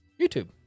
YouTube